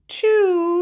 two